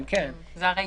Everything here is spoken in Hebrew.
זה הרישה.